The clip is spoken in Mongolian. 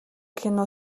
кино